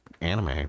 anime